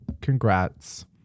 congrats